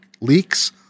leaks